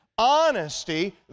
Honesty